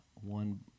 one